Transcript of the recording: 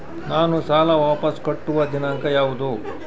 ನಾನು ಸಾಲ ವಾಪಸ್ ಕಟ್ಟುವ ದಿನಾಂಕ ಯಾವುದು?